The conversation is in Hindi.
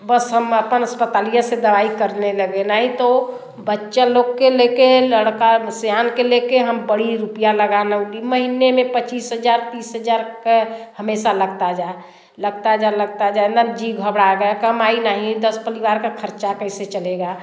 बस हम अपन से दवाई करने लगे नहीं तो वो बच्चा लोग के लेके है लड़का सियान के लेके हम बड़ी रुपया महीने में पचीस हजार तीस हजार के हमेशा लगता जा लगता जा लगता जा मतलब जी घबरा गया कमाई नहीं दस परिवार का खर्चा कैसे चलेगा